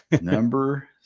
Number